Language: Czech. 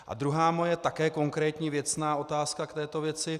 A druhá moje také konkrétní věcná otázka k této věci.